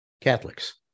Catholics